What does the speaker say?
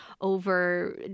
over